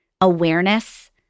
awareness